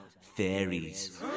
Fairies